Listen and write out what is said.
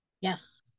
Yes